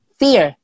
fear